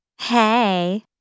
Hey